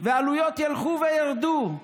העלויות ילכו וירדו,